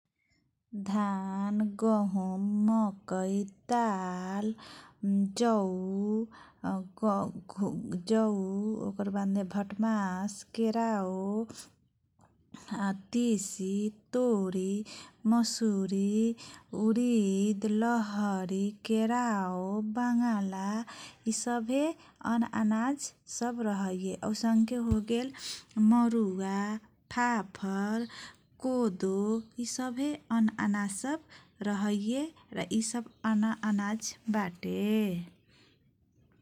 धान, गहुम, मकै, दाल, जौँ जौँ, ओकर, बादने, भटमास, केरउ, आतिसि, तोरी, मसुरी, उरीद, लहरी, केराव, बङला, इसभे अनअनाज सब रहैये । अउसङके मरुवा फाफर कोदो इसभे अनअनाजसब रहैये । इसब अनअनाज बाटे ।